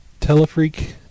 Telefreak